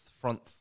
front